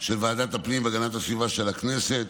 של ועדת הפנים והגנת הסביבה של הכנסת